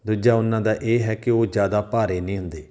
ਦੂਜਾ ਉਹਨਾਂ ਦਾ ਇਹ ਹੈ ਕਿ ਉਹ ਜ਼ਿਆਦਾ ਭਾਰੇ ਨਹੀਂ ਹੁੰਦੇ